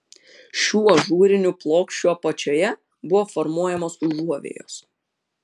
šių ažūrinių plokščių apačioje buvo formuojamos užuovėjos